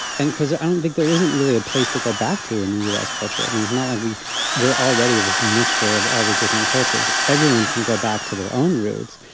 and because i don't think there isn't really a place to go back to in the us culture, i mean, it's not like we were already this mixture of all the different cultures, everyone can go back to their own roots.